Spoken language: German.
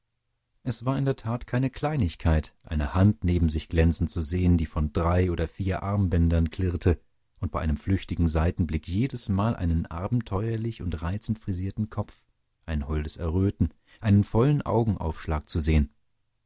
es war in der tat keine kleinigkeit eine hand neben sich glänzen zu sehen die von drei oder vier armbändern klirrte und bei einem flüchtigen seitenblick jedesmal einen abenteuerlich und reizend frisierten kopf ein holdes erröten einen vollen augenaufschlag zu sehen